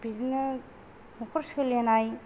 बिदिनो न'खर सोलिनाय